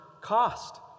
cost